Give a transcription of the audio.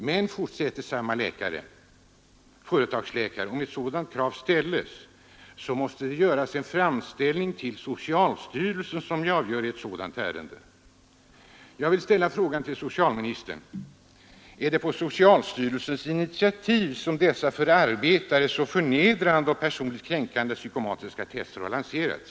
Men, fortsätter han, om ett sådant krav ställs måste det göras en framställning till socialstyrelsen, som avgör ett sådant ärende. Jag vill rikta den frågan till socialministern: Är det på socialstyrelsens initiativ som dessa för arbetare så förnedrande och personligt kränkande psykosomatiska test har lanserats?